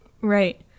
Right